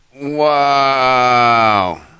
Wow